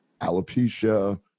alopecia